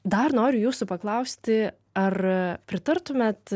dar noriu jūsų paklausti ar pritartumėt